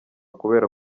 kubera